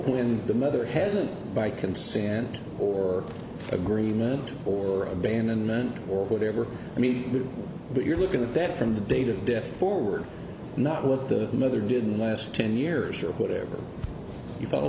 when the mother hasn't by consent or agreement or abandonment or whatever i mean that you're looking at that from the date of death forward not with the mother didn't last ten years or whatever you follow